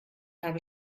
habe